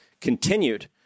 continued